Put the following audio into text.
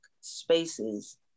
spaces